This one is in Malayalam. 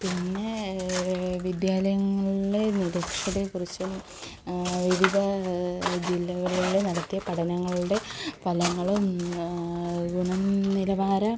പിന്നെ വിദ്യാലയങ്ങളിലെ നിരക്ഷരതയെ കുറിച്ചും വിവിധ ജില്ലകളില് നടത്തിയ പഠനങ്ങളുടെ ഫലങ്ങളും ഗുണം നിലവാര